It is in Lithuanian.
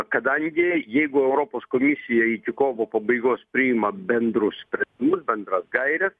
kadangi jeigu europos komisija iki kovo pabaigos priima bendrus sprendimus bendras gaires